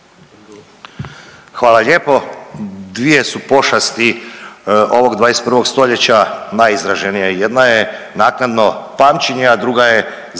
Hvala lijepo. Dvije su pošasti ovog 21. stoljeća najizraženije, jedna je naknadno pamćenje, a druga je zaborav, ja